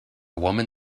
woman